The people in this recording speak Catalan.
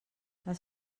les